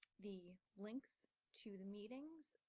the links to the meetings.